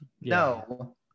no